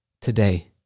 Today